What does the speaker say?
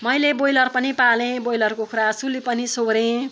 मैले ब्रोइलर पनि पालेँ ब्रोइलर कुख्रा सुली पनि सोह्रेँ